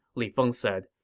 li feng said.